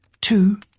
Two